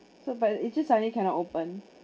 so but it just suddenly cannot open